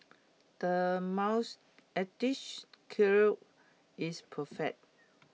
the mouth curl is perfect